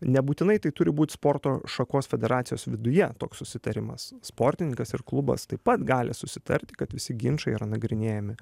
nebūtinai tai turi būti sporto šakos federacijos viduje toks susitarimas sportininkas ir klubas taip pat gali susitarti kad visi ginčai yra nagrinėjami